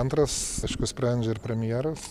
antras aišku sprendžia ir premjeras